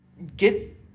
Get